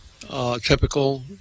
typical